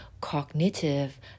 cognitive